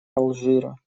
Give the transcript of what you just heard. алжира